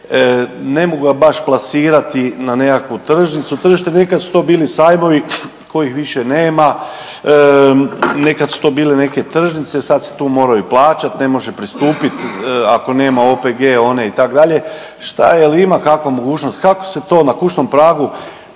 ne mogu ga baš plasirati na nekakvu tržnicu, tržište, nekad su to bili sajmovi kojih više nema, nekad su to bile neke trnžice, sad se tu moraju plaćati, ne može pristupiti ako nema OPG one, itd., šta, je l' ima kakva mogućnost, kako se to na kućnom pragu,